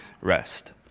rest